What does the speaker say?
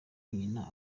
nyina